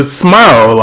smile